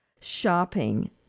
shopping